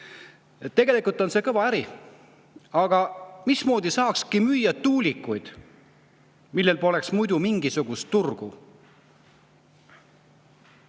on see kõva äri. Aga mismoodi saakski müüa tuulikuid, millel poleks muidu mingisugust turgu?